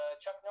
Chuck